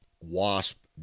wasp